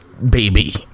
baby